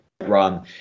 run